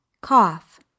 Cough